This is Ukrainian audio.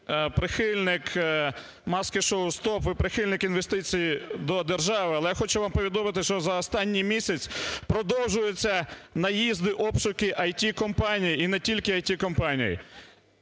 ви прихильник "маски-шоу стоп", ви прихильник інвестицій до держави. Але хочу вам повідомити, що за останній місяць продовжуються наїзди, обшуки ІТ-компаній і не тільки ІТ-компаній.